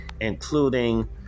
including